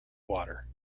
water